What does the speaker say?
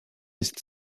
jest